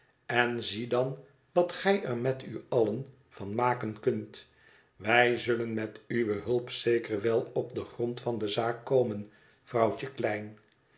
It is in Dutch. en zie dan wat gij er met u allen van maken kunt wij zullen met uwe hulp zeker wel op den grond van de zaak komen vrouwtje klein